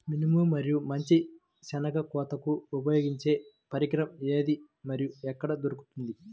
మినుము మరియు మంచి శెనగ కోతకు ఉపయోగించే పరికరం ఏది మరియు ఎక్కడ దొరుకుతుంది?